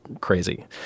crazy